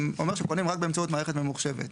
הוא אומר שפונים רק באמצעות מערכת ממוחשבת.